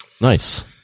Nice